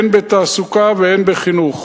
הן בתעסוקה והן בחינוך.